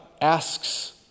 asks